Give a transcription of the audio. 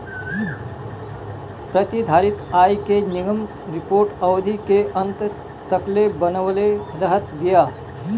प्रतिधारित आय के निगम रिपोर्ट अवधि के अंत तकले बनवले रहत बिया